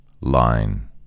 Line